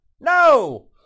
No